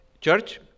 church